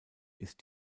ist